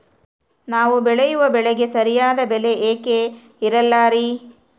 ನಾವು ಬೆಳೆಯುವ ಬೆಳೆಗೆ ಸರಿಯಾದ ಬೆಲೆ ಯಾಕೆ ಇರಲ್ಲಾರಿ?